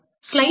எங்கே